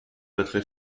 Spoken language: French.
votre